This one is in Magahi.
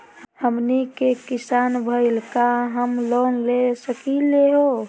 हमनी के किसान भईल, का हम लोन ले सकली हो?